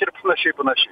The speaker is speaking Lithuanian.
ir panašiai panašiai